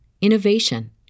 innovation